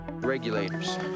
Regulators